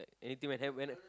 anything will help bennet